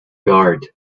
guard